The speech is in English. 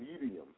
medium